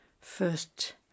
first